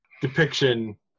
depiction